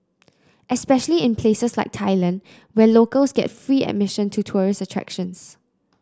especially in places like Thailand where locals get free admission to tourist attractions